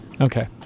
Okay